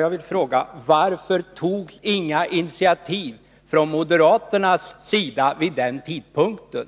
Jag vill fråga: Varför togs inga initiativ från moderaternas sida vid den tidpunkten?